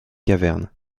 cavernes